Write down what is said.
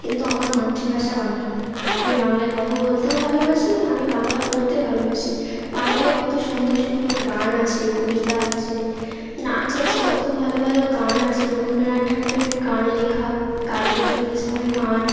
কিন্তু আমার মাতৃভাষা বাংলা আমি বাংলায় কথা বলতেও ভালোবাসি আমি বাংলা পড়তে ভালোবাসি বাংলায় কত সুন্দর সুন্দর গান আছে কবিতা আছে নাচ আছে কত ভালো ভালো গান আছে রবীন্দ্রনাথ ঠাকুরের গান লেখা কাজি নজরুল ইসলামের গান